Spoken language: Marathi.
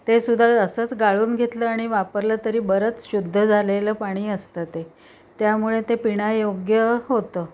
ते सुद्धा असंच गाळून घेतलं आणि वापरलं तरी बरंच शुद्ध झालेलं पाणी असतं ते त्यामुळे ते पिण्याोग्य होतं